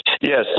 Yes